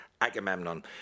Agamemnon